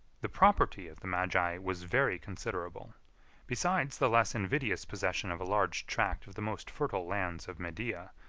the property of the magi was very considerable besides the less invidious possession of a large tract of the most fertile lands of media,